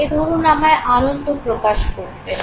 ধরুন আমায় আনন্দ প্রকাশ করতে হবে